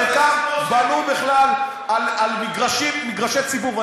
חלקם בנו בכלל על מגרשי ציבור,